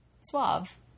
suave